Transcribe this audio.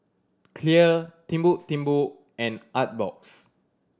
Clear Timbuk Timbuk and Artbox